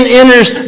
enters